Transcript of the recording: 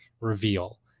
reveal